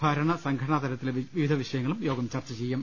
ഭരണ സംഘടനാ തലത്തിലെ വിവിധ വിഷ യങ്ങളും യോഗം ചർച്ച ചെയ്യും